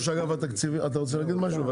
אתה רוצה להגיד משהו?